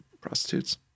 prostitutes